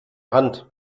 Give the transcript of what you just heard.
hand